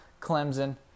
Clemson